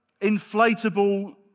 inflatable